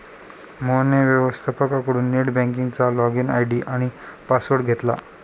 मोहनने व्यवस्थपकाकडून नेट बँकिंगचा लॉगइन आय.डी आणि पासवर्ड घेतला